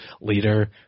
leader